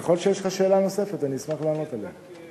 וככל שיש לך שאלה נוספת אני אשמח לענות עליה.